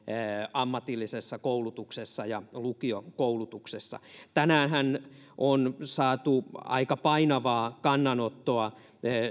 ammatillisessa koulutuksessa ja lukiokoulutuksessa tänäänhän on saatu aika painavaa kannanottoa